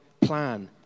plan